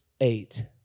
eight